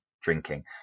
drinking